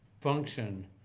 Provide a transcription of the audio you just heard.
function